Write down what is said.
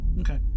Okay